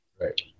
Right